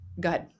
good